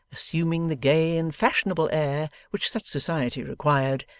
assuming the gay and fashionable air which such society required,